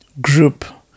group